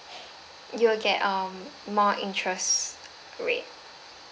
you will get um more interest rate